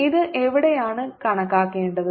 ഇത് എവിടെയാണ് കണക്കാക്കേണ്ടത്